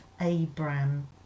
Abram